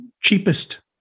cheapest